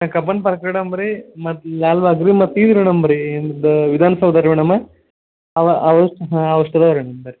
Cubbon park ರೀ ಮತ್ತೆ ಲಾಲ್ ಬಾಗ್ ರೀ ಮತ್ತೆ ರೀ ಇದು ವಿಧಾನ ಸೌಧ ರೀ ಮೇಡಮ ಅವು ಅವಷ್ಟು ಹಾಂ ಅವಷ್ಟು ಅದಾವೆ ರೀ ರೀ